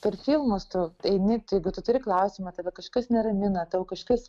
per filmus tu eini jeigu tu turi klausimą tave kažkas neramina tau kažkas